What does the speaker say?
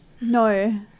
No